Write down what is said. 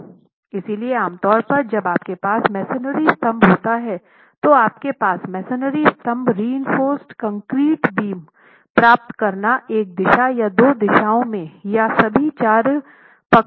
इसलिए आमतौर पर जब आपके पास मेसनरी स्तंभ होता है तो आपके पास मेसनरी स्तंभ रीइनफ़ोर्स कंक्रीट बीम प्राप्त करना एक दिशा या दो दिशाओं में या सभी चार पक्षों में हो सकते हैं